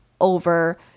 over